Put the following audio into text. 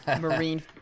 marine